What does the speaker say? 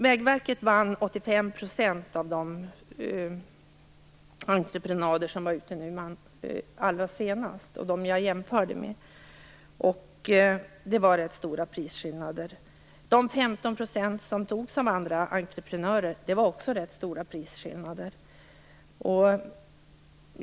Vägverket vann 85 % av de entreprenader som var ute nu senast och som jag jämförde med, och det var rätt stora prisskillnader. De 15 % som togs av andra entreprenörer hade också rätt stora prisskillnader.